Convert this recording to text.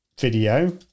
video